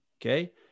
Okay